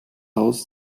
haus